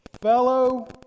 fellow